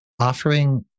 offering